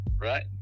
Right